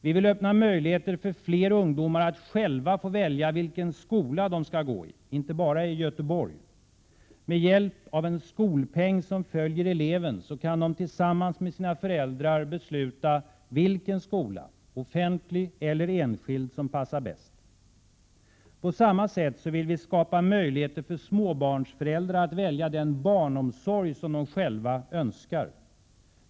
Vi vill öppna möjligheter för fler ungdomar att själva få välja vilken skola de vill gå i, inte bara i Göteborg. Med hjälp av en skolpeng som följer eleven kan eleven tillsammans med sina föräldrar besluta vilken skola, offentlig eller enskild, som passar bäst. På samma sätt vill vi skapa möjligheter för småbarnsföräldrar att välja den barnomsorg de själva önskar.